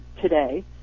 today